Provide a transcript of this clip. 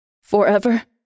Forever